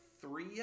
three